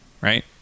right